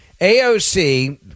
AOC